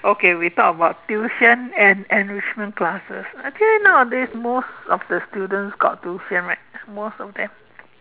okay we talk about tuition and enrichment classes actually nowadays most of the students got tuition right most of them